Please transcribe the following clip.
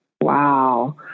Wow